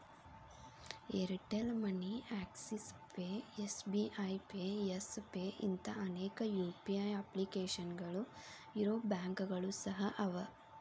Airtel money Axis pay SBI pay Yes pay ಇಂಥಾ ಅನೇಕ UPI ಅಪ್ಲಿಕೇಶನ್ಗಳು ಇರೊ ಬ್ಯಾಂಕುಗಳು ಸಹ ಅವ